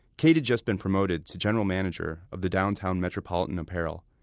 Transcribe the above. kate had just been promoted to general manager of the downtown metropolitan apparel.